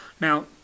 Now